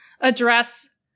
address